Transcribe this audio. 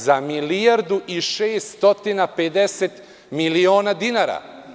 Za milijardu i 650 miliona dinara.